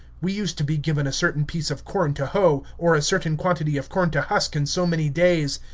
we used to be given a certain piece of corn to hoe, or a certain quantity of corn to husk in so many days.